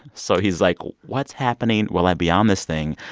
so he's like, what's happening? will i be on this thing?